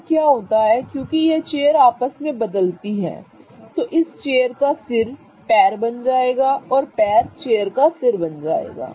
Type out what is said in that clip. अब क्या होता है क्योंकि यह चेयर आपस में बदलती है तो इस चेयर का सिर पैर बन जाएगा और पैर चेयर का सिर बन जाएगा